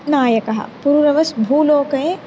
नायकः पूरूरवस् भूलोके